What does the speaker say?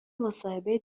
مصاحبه